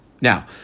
Now